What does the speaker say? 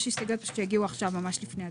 יש הסתייגויות שהגיעו ממש עכשיו, ממש לפני הדיון.